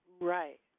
Right